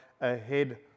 ahead